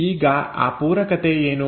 ಈಗ ಆ ಪೂರಕತೆ ಏನು